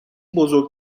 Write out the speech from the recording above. بزرگ